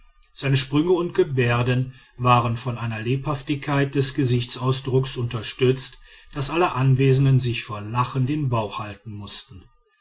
seine sprünge und gebärden waren von einer lebhaftigkeit des gesichtsausdrucks unterstützt daß alle anwesenden sich vor lachen den bauch halten mußten